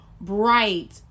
bright